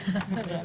14:30.